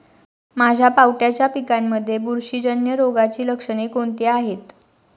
माझ्या पावट्याच्या पिकांमध्ये बुरशीजन्य रोगाची लक्षणे कोणती आहेत?